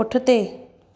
पुठिते